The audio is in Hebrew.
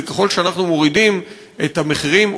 וכיוון שאנחנו מורידים את המחירים,